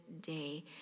day